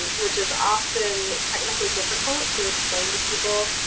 which is often technically difficult to explain to people,